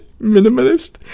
Minimalist